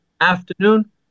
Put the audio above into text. afternoon